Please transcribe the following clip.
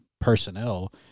personnel